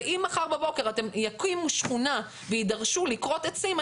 ואם מחר בבוקר יקימו שכונה ויידרשו לכרות עצים,